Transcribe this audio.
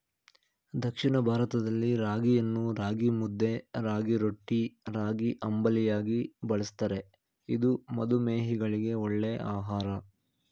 ದಕ್ಷಿಣ ಭಾರತದಲ್ಲಿ ರಾಗಿಯನ್ನು ರಾಗಿಮುದ್ದೆ, ರಾಗಿರೊಟ್ಟಿ, ರಾಗಿಅಂಬಲಿಯಾಗಿ ಬಳ್ಸತ್ತರೆ ಇದು ಮಧುಮೇಹಿಗಳಿಗೆ ಒಳ್ಳೆ ಆಹಾರ